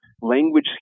language